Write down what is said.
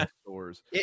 stores